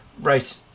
Right